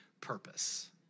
purpose